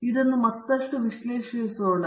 ಆದ್ದರಿಂದ ಇದನ್ನು ಮತ್ತಷ್ಟು ವಿಶ್ಲೇಷಿಸೋಣ